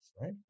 right